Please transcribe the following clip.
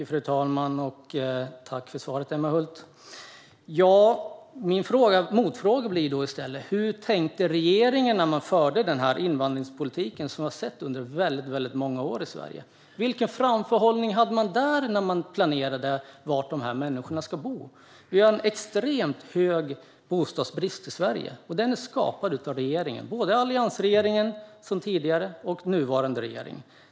Fru talman! Tack för svaret, Emma Hult! Min motfråga blir då: Hur tänkte regeringen när man förde invandringspolitiken som vi har sett i Sverige under väldigt många år? Vilken framförhållning hade man där när man planerade var de här människorna ska bo? Vi har en extremt hög bostadsbrist i Sverige, och den är skapad av regeringen - både den tidigare alliansregeringen och den nuvarande regeringen.